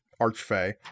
Archfey